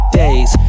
days